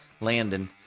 Landon